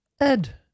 Ed